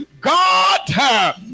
God